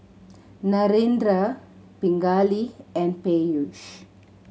Narendra Pingali and Peyush